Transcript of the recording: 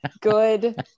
good